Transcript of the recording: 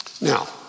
Now